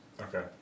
Okay